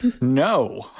no